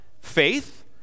faith